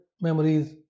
memories